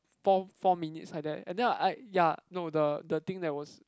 four four minutes like that and then I ya no the the thing that was